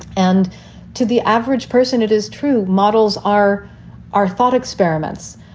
and to the average person, it is true. models are are thought experiments.